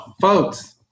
folks